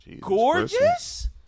gorgeous